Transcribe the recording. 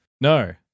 no